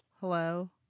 Hello